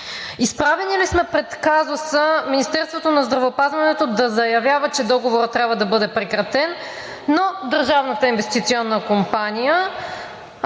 Изправени ли сме пред казуса Министерството на здравеопазването да заявява, че договорът трябва да бъде прекратен, но